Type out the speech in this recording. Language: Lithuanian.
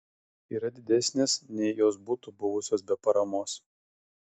yra didesnės nei jos būtų buvusios be paramos